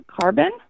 Carbon